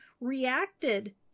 reacted